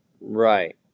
Right